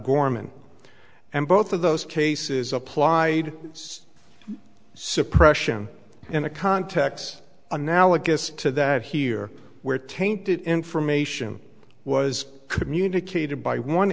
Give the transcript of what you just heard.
gorman and both of those cases applied suppression in a context analogous to that here where tainted information was communicated by one